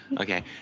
Okay